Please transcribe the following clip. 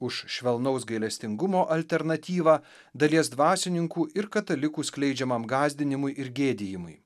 už švelnaus gailestingumo alternatyvą dalies dvasininkų ir katalikų skleidžiamam gąsdinimui ir gėdijimui